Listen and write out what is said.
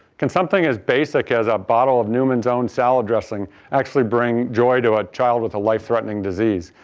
can something as basic as a bottle of newman's own salad dressing actually bring joy to a child with a life-threatening disease?